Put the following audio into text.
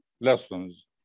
lessons